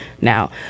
now